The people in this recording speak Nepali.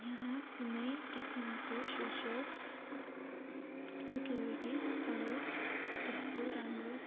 यहाँ कुनै किसिमको सोसियल सिक्युरिटीसहरू त्यस्तो राम्रो